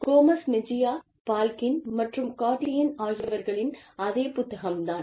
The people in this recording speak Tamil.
கோமஸ் மெஜியா பால்கின் மற்றும் கார்டியின் ஆகியவர்களின் அதே புத்தகம் தான்